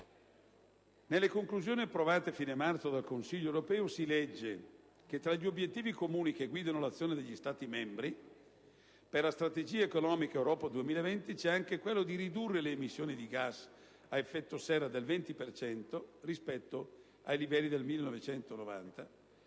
Nelle conclusioni approvate a fine marzo dal Consiglio europeo si legge che tra «gli obiettivi comuni che guidano l'azione degli Stati membri» per la strategia economica Europa 2020 c'è anche quello di «ridurre le emissioni di gas a effetto serra del 20 per cento rispetto ai livelli del 1990»,